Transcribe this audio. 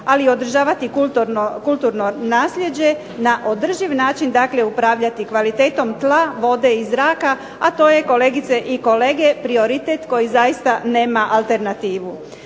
ali održavati kulturno naslijeđe, znači na održiv način upravljati kvalitetom tla, vode i zraka a to je kolegice i kolege prioritet koji zaista nema alternativu.